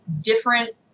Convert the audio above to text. different